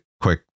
quick